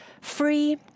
free